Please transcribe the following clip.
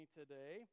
today